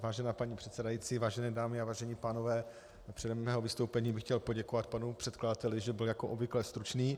Vážená paní předsedající, vážené dámy, vážení pánové, předem mého vystoupení bych chtěl poděkovat panu předkladateli, že byl jako obvykle stručný.